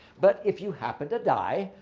but if you happen to die,